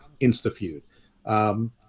insta-feud